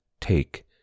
take